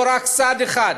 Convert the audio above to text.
לא רק צד אחד.